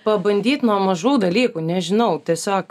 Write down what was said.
pabandyt nuo mažų dalykų nežinau tiesiog